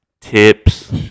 Tips